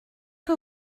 que